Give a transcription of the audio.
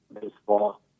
baseball